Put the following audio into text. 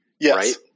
Yes